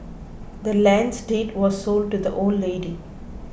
the land's deed was sold to the old lady